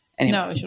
No